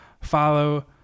Follow